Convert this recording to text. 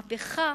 מהפכה